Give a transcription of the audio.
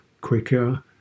quicker